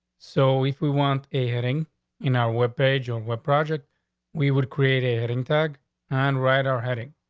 so if we want a heading in our web page or what project we would create a head intact and right are heading.